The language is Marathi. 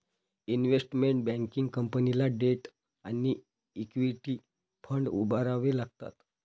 इन्व्हेस्टमेंट बँकिंग कंपनीला डेट आणि इक्विटी फंड उभारावे लागतात